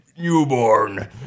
newborn